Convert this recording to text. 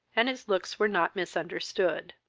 and his looks were not misunderstood.